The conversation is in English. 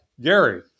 Gary